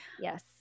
Yes